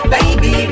Baby